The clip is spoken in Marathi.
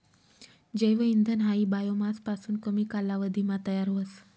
जैव इंधन हायी बायोमास पासून कमी कालावधीमा तयार व्हस